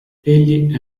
egli